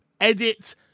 edit